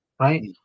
right